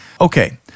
Okay